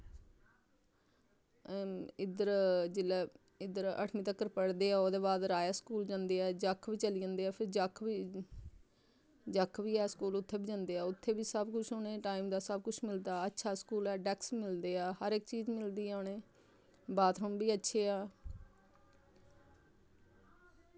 इद्धर जिल्लै इद्धर अठमीं तक्कर पढ़दे ऐ ओह्दे बाद राया स्कूल जंदे ऐ जक्ख बी चली जंदे ऐ फिर जक्ख बी जक्ख बी ऐ स्कूल उत्थै बी जंदे ऐ उत्थै बी सब कुछ उ'नें टाईम दा सब कुछ मिलदा अच्छा स्कूल ऐ डैक्स मिलदे ऐ हर इक चीज मिलदी ऐ उ'नें बाथरूम बी अच्छे ऐ